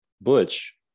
Butch